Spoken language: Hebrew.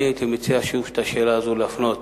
אני הייתי מציע, שוב, את השאלה הזאת להפנות